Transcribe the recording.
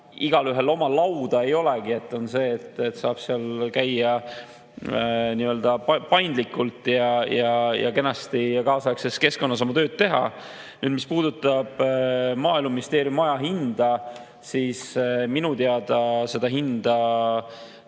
Igaühel oma lauda ei olegi, on see, et saab seal käia nii-öelda paindlikult ja kenasti kaasaegses keskkonnas tööd teha. Mis puudutab Maaeluministeeriumi maja hinda, siis minu teada seda hinda